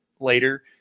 later